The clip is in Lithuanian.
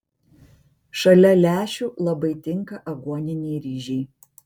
šalia lęšių labai tinka aguoniniai ryžiai